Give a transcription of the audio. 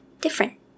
different